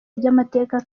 by’amateka